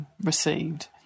received